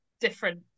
different